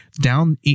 down